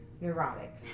neurotic